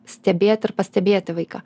stebėti ir pastebėti vaiką